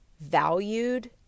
valued